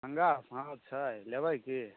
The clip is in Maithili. हँ छै लेबय की